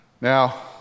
Now